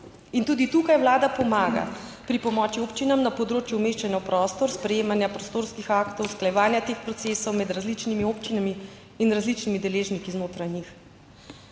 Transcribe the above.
in tudi tukaj Vlada pomaga pri pomoči občinam na področju umeščanja v prostor, sprejemanja prostorskih aktov, usklajevanja teh procesov med različnimi občinami in različnimi deležniki znotraj njih.